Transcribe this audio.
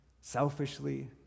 selfishly